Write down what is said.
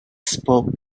spoke